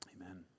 Amen